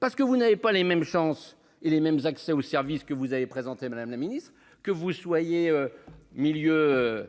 Parce que vous n'avez pas les mêmes chances et les mêmes accès aux services que vous avez présentée Madame la Ministre, que vous soyez. Milieu.